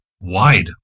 wide